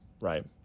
right